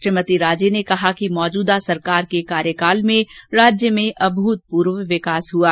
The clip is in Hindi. श्रीमती राजे ने कहा कि मौजूदा सरकार के कार्यकाल में राज्य में अभूतपूर्व विकास हुआ है